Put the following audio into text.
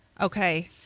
okay